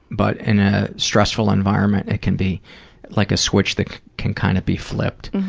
but in a stressful environment, it can be like a switch that can kind of be flipped.